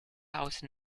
house